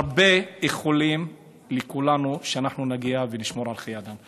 הרבה איחולים לכולנו שנגיע ונשמור על חיי אדם.